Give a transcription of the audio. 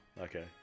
Okay